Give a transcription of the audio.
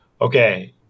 okay